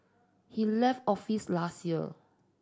he left office last year